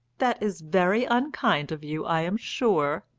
that is very unkind of you, i am sure,